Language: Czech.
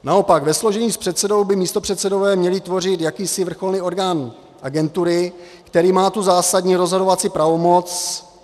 Naopak, ve složení s předsedou by místopředsedové měli tvořit jakýsi vrcholný orgán agentury, který má tu zásadní rozhodovací pravomoc...